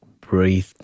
breathe